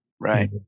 Right